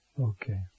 okay